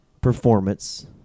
performance